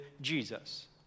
Jesus